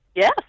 Yes